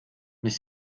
mais